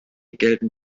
gelten